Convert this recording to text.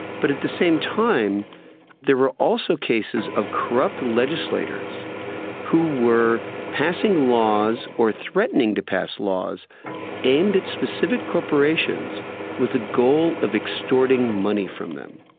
but at the same time there were also cases of corrupt legislators who were passing laws or threatening to pass laws aimed at specific corporations with a goal of extorting money from them.